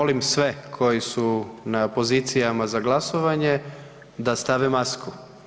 Molim sve koji su na pozicijama za glasovanje da stave masku.